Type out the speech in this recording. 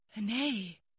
Nay